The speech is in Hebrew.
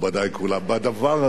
בדבר הזה,